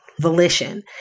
volition